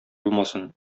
булмасын